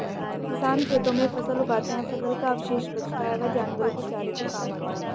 किसान खेतों में फसल उगाते है, फसल का अवशेष बचता है वह जानवरों के चारे के काम आता है